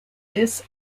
this